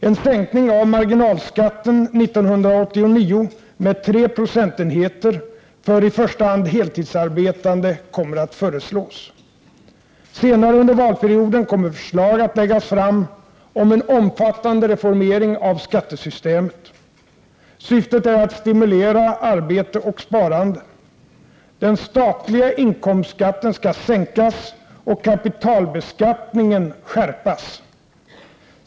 En sänkning av marginalskatten 1989 med tre procentenheter för i första hand heltidsarbetande kommer att föreslås. Senare under valperioden kommer förslag att läggas fram om en omfattande reformering av skattesystemet. Syftet är att stimulera arbete och sparande. Den statliga inkomstskatten skall sänkas och kapitalbeskattningen skärpas.